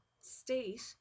state